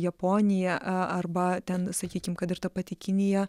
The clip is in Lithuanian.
japonija arba ten sakykim kad ir ta pati kinija